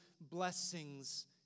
blessings